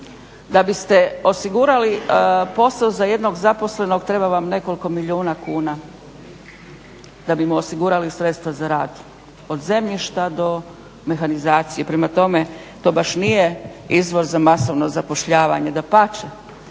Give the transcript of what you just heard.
da biste osigurali posao za jednog zaposlenog treba vam nekoliko milijuna kuna da bi mu osigurali sredstva za rad, od zemljišta do mehanizacije, prema tome to baš nije izvoz, masovno zapošljavanje, dapače,